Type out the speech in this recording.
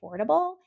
affordable